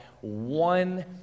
one